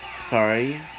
sorry